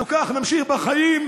אנחנו כך, נמשיך בחיים.